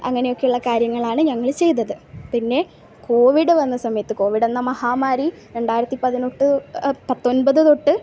അങ്ങനെയൊക്കെയുള്ള കാര്യങ്ങളാണ് ഞങ്ങൾ ചെയ്തത് പിന്നെ കോവിഡ് വന്ന സമയത്ത് കോവിഡെന്ന മഹാമാരി രണ്ടായിരത്തി പതിനെട്ട് പത്തൊൻപത് തൊട്ട്